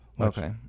Okay